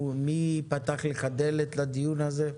מי פתח לך דלת לדיון הזה?